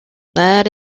that